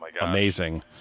amazing